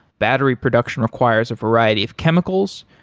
battery production requires a variety of chemicals.